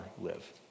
live